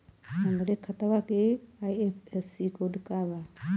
हमरे खतवा के आई.एफ.एस.सी कोड का बा?